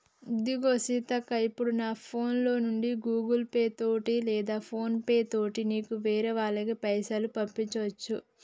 ఇదిగో సీతక్క ఇప్పుడు నా ఫోన్ లో నుండి గూగుల్ పే తోటి లేదా ఫోన్ పే తోటి నీకు వేరే వాళ్ళకి పైసలు పంపొచ్చు